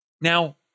Now